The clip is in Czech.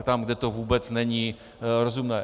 Tam, kde to vůbec není rozumné.